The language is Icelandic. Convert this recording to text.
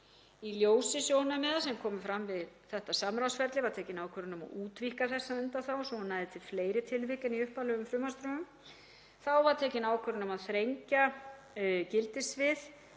Í ljósi sjónarmiða sem komu fram við þetta samráðsferli var tekin ákvörðun um að útvíkka þessa undanþágu svo að hún næði til fleiri tilvika en í upphaflegum frumvarpsdrögum. Þá var tekin ákvörðun um að þrengja gildissvið